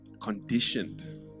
conditioned